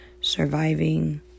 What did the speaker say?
surviving